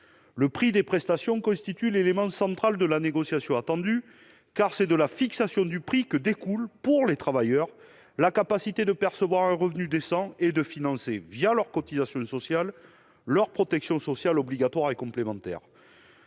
Le prix de la prestation constitue l'élément central de la négociation attendue, car c'est de celui-ci que découle, pour les travailleurs, la possibilité de percevoir un revenu décent et de financer, leurs cotisations sociales, leur protection sociale obligatoire et complémentaire.